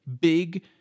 big